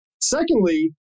Secondly